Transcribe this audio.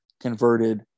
converted